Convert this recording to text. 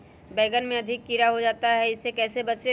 बैंगन में अधिक कीड़ा हो जाता हैं इससे कैसे बचे?